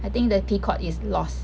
I think the peacock is lost